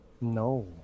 No